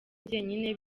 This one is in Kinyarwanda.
njyenyine